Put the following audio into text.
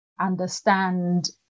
understand